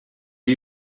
are